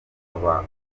aba